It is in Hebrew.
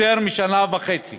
יותר משנה וחצי